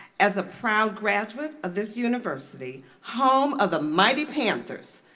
as a proud graduate of this university, home of the mighty panthers,